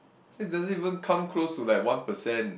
that doesn't even come close to like one percent